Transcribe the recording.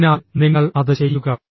അതിനാൽ നിങ്ങൾ അത് ചെയ്യുക